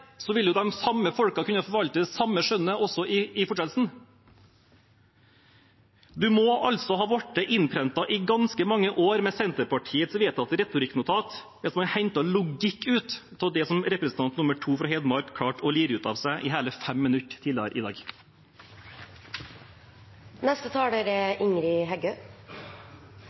samme folkene kunne forvalte det samme skjønnet også i fortsettelsen. En må ha vært innprentet med Senterpartiets vedtatte retorikknotat i ganske mange år hvis man hentet logikk ut av det representant nr. 2 fra Hedmark klarte å lire ut av seg i hele fem minutter tidligere i